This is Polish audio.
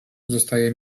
zostaje